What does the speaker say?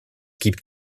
gibt